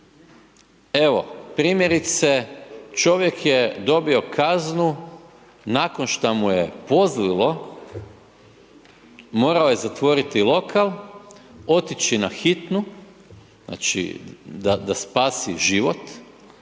Evo, primjerice, čovjek je dobio kaznu nakon šta mu je pozlilo, morao je zatvoriti lokal, otići na hitnu, znači da spasi život,